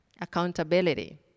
accountability